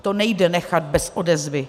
To nejde nechat bez odezvy.